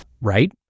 right